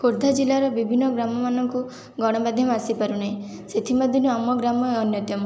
ଖୋର୍ଦ୍ଧା ଜିଲ୍ଲାର ବିଭିନ୍ନ ଗ୍ରାମମାନଙ୍କୁ ଗଣମାଧ୍ୟମ ଆସିପାରୁନାହିଁ ସେଥିମଧ୍ୟରୁ ଆମ ଗ୍ରାମ ଅନ୍ୟତମ